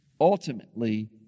Ultimately